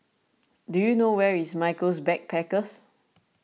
do you know where is Michaels Backpackers